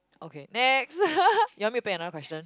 okay next you want me pick another question